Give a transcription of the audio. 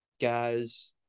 guys